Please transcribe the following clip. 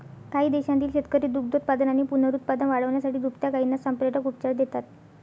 काही देशांतील शेतकरी दुग्धोत्पादन आणि पुनरुत्पादन वाढवण्यासाठी दुभत्या गायींना संप्रेरक उपचार देतात